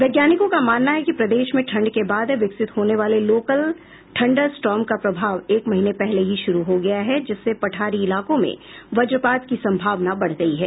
वैज्ञानिकों का मानना है कि प्रदेश में ठंड के बाद विकसित होने वाले लोकल थंडर स्टॉर्म का प्रभाव एक महीने पहले ही शुरू हो गया है जिससे पठारी इलाकों में वज्रपात की संभावना बढ़ गयी है